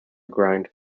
grind